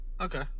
Okay